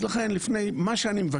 אז לכן אני מבקש,